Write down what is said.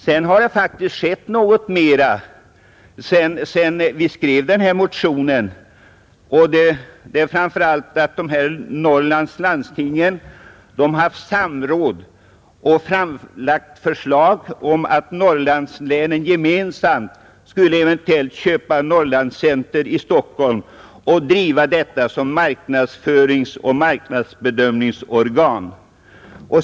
Vidare har det faktiskt skett något mera sedan vi skrev denna motion, och det är framför allt att de ifrågavarande landstingen i Norrland har haft samråd och framlagt förslag om att Norrlandslänen gemensamt eventuellt skulle köpa Norrlands Center i Stockholm och driva detta som marknadsföringsoch marknadsbedömningsorgan.